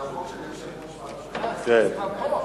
הצעת ועדת הכנסת בדבר חלוקת הצעת חוק